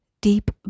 deep